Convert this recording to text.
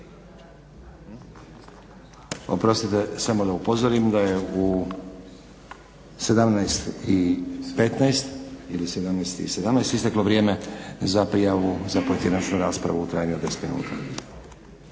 Oprostite samo da upozorim da je u 17.17 isteklo vrijeme za prijavu za pojedinačnu raspravu u trajanju od deset minuta.